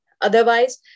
otherwise